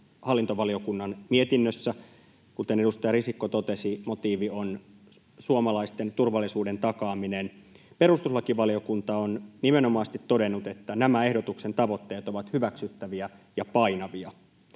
hallintovaliokunnan mietinnössä. Kuten edustaja Risikko totesi, motiivi on suomalaisten turvallisuuden takaaminen. Perustuslakivaliokunta on nimenomaisesti todennut, että nämä ehdotuksen tavoitteet ovat hyväksyttäviä ja painavia: